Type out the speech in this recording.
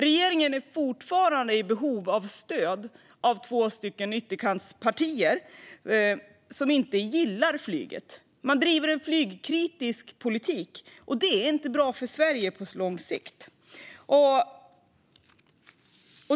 Regeringen är fortfarande i behov av stöd från två ytterkantspartier som inte gillar flyget. Man driver en flygkritisk politik, och det är inte bra för Sverige på lång sikt.